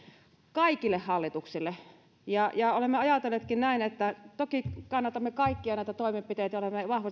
kaikille hallituksille olemme ajatelleetkin näin että toki kannatamme kaikkia näitä toimenpiteitä ja olemme vahvasti